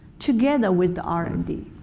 together with the r and d.